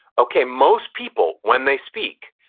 okay. most people, when they speak,